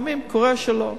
לפעמים קורה שלא.